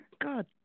God